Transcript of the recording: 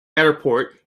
airport